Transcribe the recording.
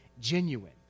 genuine